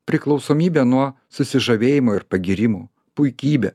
priklausomybė nuo susižavėjimo ir pagyrimų puikybė